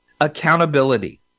accountability